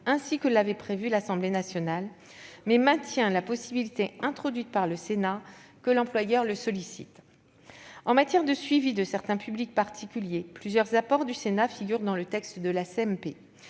ainsi que l'avait prévu l'Assemblée nationale, mais maintient la possibilité, introduite par le Sénat, que l'employeur le sollicite. En matière de suivi de certains publics particuliers, plusieurs apports du Sénat figurent dans le texte de la